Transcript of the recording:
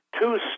two